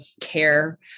care